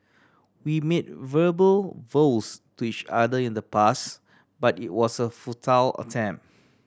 we made verbal vows to each other in the past but it was a futile attempt